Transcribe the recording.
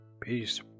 Peace